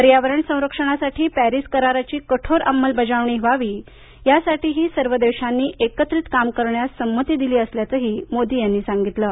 पर्यावरण संरक्षणासाठी पॅरीस कराराची कठोर अंमलबजावणी व्हावी यासाठीही सर्व देशांनी एकत्रित काम करण्यास संमती दिली असल्याचंही मोदी यांनी म्हटलं आहे